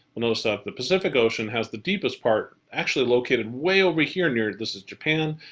we'll notice that the pacific ocean has the deepest part actually located way over here. near. this is japan.